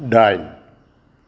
दाइन